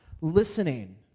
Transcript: listening